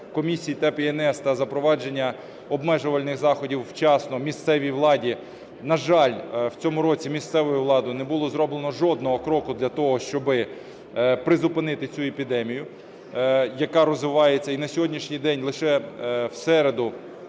комісій з ТЕБ і НС та запровадження обмежувальних заходів вчасно місцевій владі. На жаль, в цьому році місцевою владою не було зроблено жодного кроку для того, щоби призупинити цю епідемію, яка розвивається, і на сьогоднішній день лише в середу